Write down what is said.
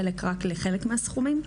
חלק רק לחלק מהסכומים.